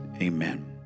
amen